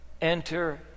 enter